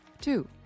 Two